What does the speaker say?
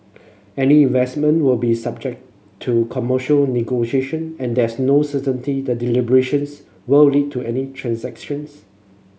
any investment will be subject to commercial negotiation and there's no certainty the deliberations will lead to any transactions